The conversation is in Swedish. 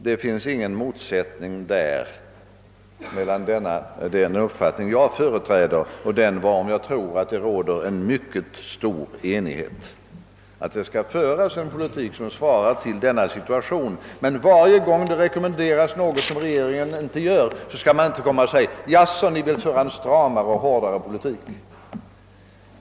Det finns härvidlag ingen motsättning meilan den uppfattning jag företräder och den varom jag tror det råder en mycket stor enighet. Det skall föras en politik som skall svara mot situationen, men varje gång vi rekommenderar åtgärder som regeringen inte bryr sig om påstås det att vi vill föra »en stramare och hårdare politik».